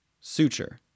Suture